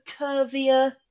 curvier